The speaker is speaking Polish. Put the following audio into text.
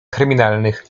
kryminalnych